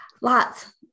lots